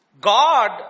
God